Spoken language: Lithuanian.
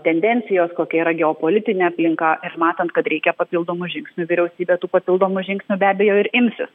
tendencijos kokia yra geopolitinė aplinka ir matant kad reikia papildomų žingsnių vyriausybė tų papildomų žingsnių be abejo ir imsis